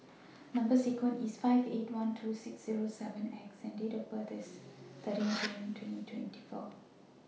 Number sequence IS S five eight one two six Zero seven X and Date of birth IS thirteen June twenty twenty four